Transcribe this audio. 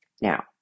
Now